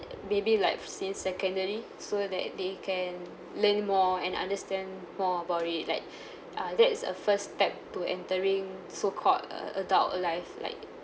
maybe like since secondary so that they can learn more and understand more about it like uh that is a first step to entering so-called uh adult life like